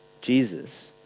Jesus